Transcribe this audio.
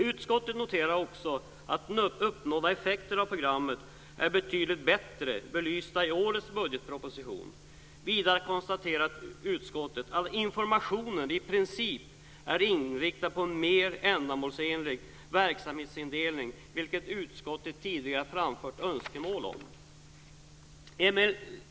Utskottet noterar också att uppnådda effekter av programmet är betydligt bättre belysta i årets budgetproposition. Vidare konstaterar utskottet att informationen i princip är inriktad på en mer ändamålsenlig verksamhetsindelning, vilket utskottet tidigare framfört önskemål om.